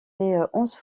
onze